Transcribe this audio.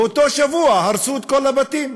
ובאותו שבוע הרסו את כל הבתים,